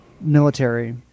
military